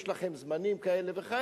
יש לכם זמנים כאלה וכאלה,